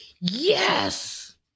Yes